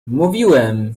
mówiłem